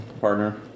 partner